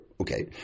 Okay